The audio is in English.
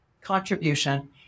contribution